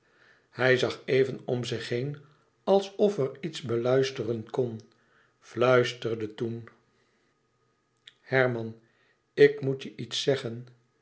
hij zag even om zich heen alsof er iets beluisteren kon fluisterde toen herman ik moet je iets zeggen